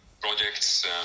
projects